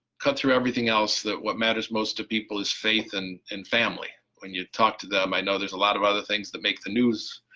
cut through everything else, that what matters most to people is faith and and family when you talk to them, i know there's a lot of other things that make the news,